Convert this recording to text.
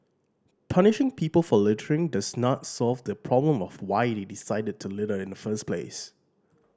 punishing people for littering does not solve the problem of why they decided to litter in the first place